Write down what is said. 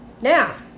Now